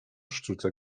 sztuce